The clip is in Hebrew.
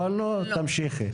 אבל, תמשיכי.